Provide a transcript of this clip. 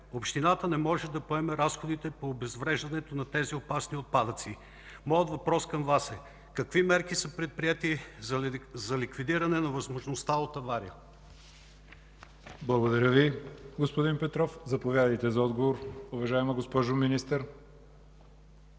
Общината не може да поеме разходите по обезвреждането на тези опасни отпадъци. Моят въпрос към Вас е: какви мерки са предприети за ликвидиране на възможността от авария? ПРЕДСЕДАТЕЛ ЯВОР ХАЙТОВ: Благодаря Ви, господин Петров. Заповядайте за отговор, уважаема госпожо Министър.